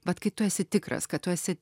vat kai tu esi tikras kad tu esi